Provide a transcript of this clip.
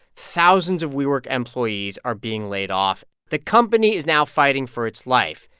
thousands of wework employees are being laid off. the company is now fighting for its life,